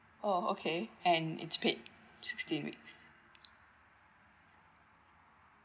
oh okay and it's paid sixteen weeks